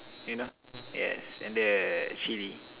you know yes and the Chilli